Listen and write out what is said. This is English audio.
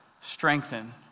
strengthen